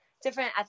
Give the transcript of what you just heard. different